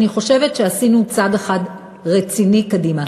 אני חושבת שעשינו צעד אחד רציני קדימה.